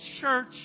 church